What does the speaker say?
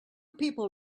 people